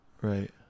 Right